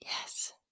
Yes